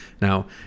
Now